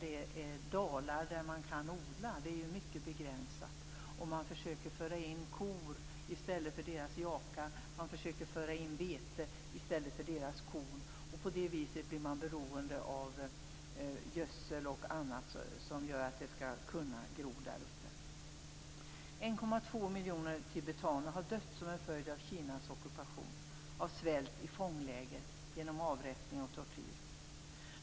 De dalar där man kan odla är mycket begränsade. Man försöker föra in kor i stället för tibetanernas jakar, man försöker föra in vete i stället för tibetanernas korn. På det viset blir man beroende av gödsel och annat som gör att det skall kunna gro där uppe. 1,2 miljoner tibetaner har dött som en följd av Kinas ockupation, av svält i fångläger, genom avrättning och tortyr.